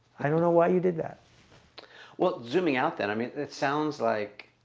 i don't know why you did that well zooming out then i mean it sounds like